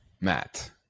Matt